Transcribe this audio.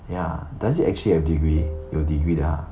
ya does it actually have degree 有 degree 的 ha